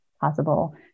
possible